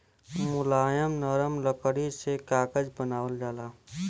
मुलायम नरम लकड़ी से कागज बनावल जाला